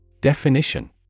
Definition